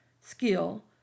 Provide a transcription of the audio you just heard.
skill